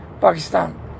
Pakistan